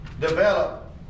develop